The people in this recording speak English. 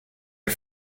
are